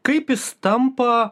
kaip jis tampa